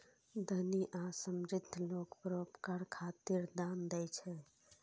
धनी आ समृद्ध लोग परोपकार खातिर दान दै छै